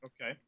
Okay